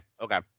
Okay